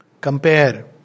Compare